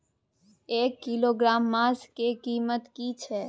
एक किलोग्राम मांस के कीमत की छै?